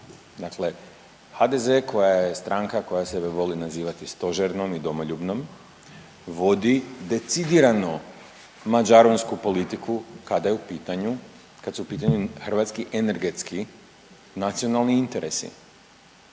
Dakle, HDZ koja je stranka koja se voli nazivati stožnom i domoljubnom vodi decidiranu mađaronsku politiku kada je u pitanju, kad su u pitanju hrvatski energetski nacionalni interesi.